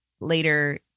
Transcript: later